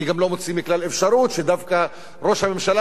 אני גם לא מוציא מכלל אפשרות שדווקא ראש הממשלה